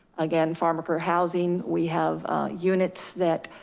again, farm worker housing, we have units that.